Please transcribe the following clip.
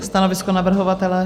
Stanovisko navrhovatele?